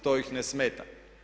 To ih ne smeta.